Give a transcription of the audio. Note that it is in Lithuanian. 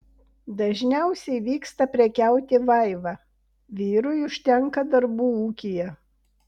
dažniausiai vyksta prekiauti vaiva vyrui užtenka darbų ūkyje